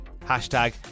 Hashtag